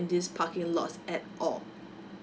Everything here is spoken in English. in this parking lots at all